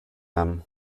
him